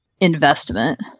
investment